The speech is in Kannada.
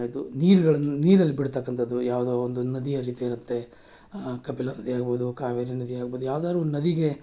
ಇದು ನೀರ್ಗಳನ್ನ ನೀರಲ್ಲಿ ಬಿಡ್ತಕ್ಕಂಥದ್ದು ಯಾವುದೋ ಒಂದು ನದಿಯ ರೀತಿ ಇರುತ್ತೆ ಕಪಿಲ ನದಿ ಆಗ್ಬೋದು ಕಾವೇರಿ ನದಿ ಆಗ್ಬೋದು ಯಾವ್ದಾದ್ರೂ ಒಂದು ನದಿಗೆ